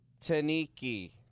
Taniki